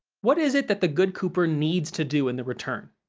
what is it that the good cooper needs to do in the return?